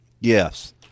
yes